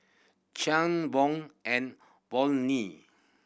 Von and Volney